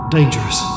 Dangerous